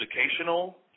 Educational